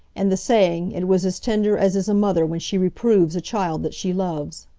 and the saying it was as tender as is a mother when she reproves a child that she loves.